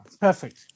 Perfect